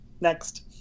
Next